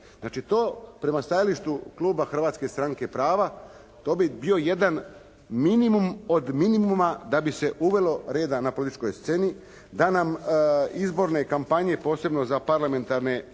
Znači to prema stajalištu kluba Hrvatske stranke prava, to bi bio jedan minimum od minimuma da bi se uvelo reda na političkoj sceni, da na izborne kampanje, posebno za parlamentarne